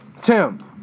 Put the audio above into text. Tim